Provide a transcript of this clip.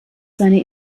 seiner